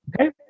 Okay